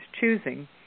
choosing